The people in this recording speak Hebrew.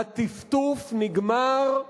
הטפטוף נגמר,